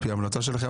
על פי ההמלצה שלכם,